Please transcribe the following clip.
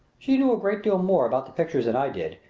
she knew a great deal more about the pictures than i did,